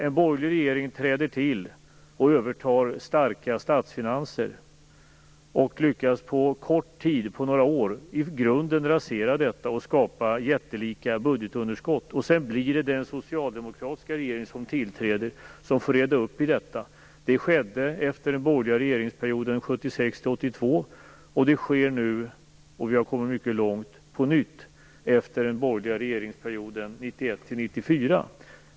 En borgerlig regering träder till, övertar starka statsfinanser och lyckas på några år i grunden rasera dem och skapa jättelika budgetunderskott. Sedan blir det den socialdemokratiska regering som tillträder som får reda upp detta. Det skedde efter den borgerliga regeringsperioden 1976-1982 och det sker nu. Vi har på nytt kommit mycket långt efter den borgerliga regeringsperioden 1991-1994.